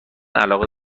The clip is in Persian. علاقه